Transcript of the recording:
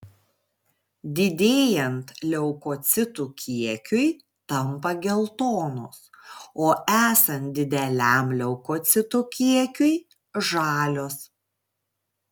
didėjant leukocitų kiekiui tampa geltonos o esant dideliam leukocitų kiekiui žalios